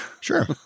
Sure